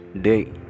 Day